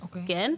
כן.